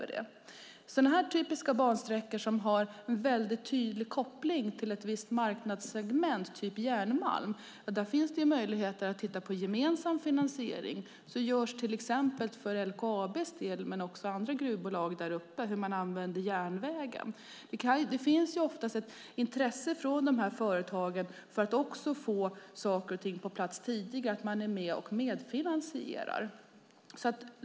När det gäller sådana här typiska bansträckor som har en väldigt tydlig koppling till ett visst marknadssegment, typ järnmalm, finns det möjligheter att titta på en gemensam finansiering. Det görs till exempel för LKAB:s del men också för andra gruvbolag däruppe när det gäller hur man använder järnvägen. Det finns ofta ett intresse från de här företagen, för att få saker och ting på plats tidigare, att vara med och medfinansiera.